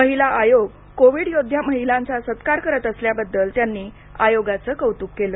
महिला आयोग कोविड योद्ध्या महिलांचा सत्कार करत असल्याबद्दल त्यांनी आयोगाचं कौतक केलं